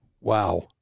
Wow